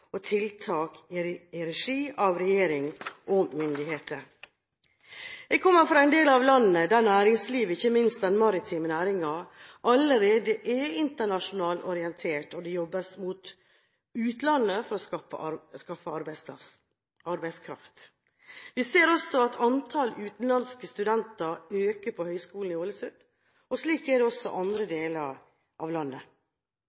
og tiltak i regi av regjering og myndigheter. Jeg kommer fra en del av landet der næringslivet, ikke minst den maritime næringen, allerede er internasjonalt orientert, og det jobbes mot utlandet for å skaffe arbeidskraft. Vi ser også at antall utenlandske studenter øker på Høgskolen i Ålesund, og slik er det også i andre